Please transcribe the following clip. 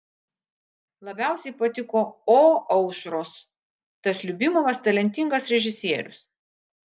labiausiai patiko o aušros tas liubimovas talentingas režisierius